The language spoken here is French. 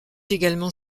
également